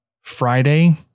Friday